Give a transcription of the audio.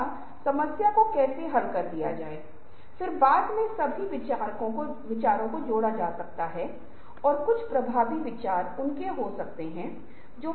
बुद्धिशीलता कुछ ऐसी चीज़ है जिसे मैं थोड़ा विस्तार से बताऊंगा क्योंकि यह कुछ इस तरह की तकनीक है जिसे मैं केवल उन स्लाइड्स में बताऊंगा जिन विवरणों को मैंने दिया है